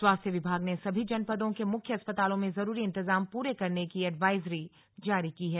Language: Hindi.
स्वास्थ्य विभाग ने सभी जनपदों के मुख्य अस्पतालों में जरूरी इंतजाम पूरे करने की एडवायजरी जारी की है